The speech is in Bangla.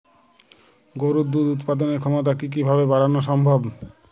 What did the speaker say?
গরুর দুধ উৎপাদনের ক্ষমতা কি কি ভাবে বাড়ানো সম্ভব?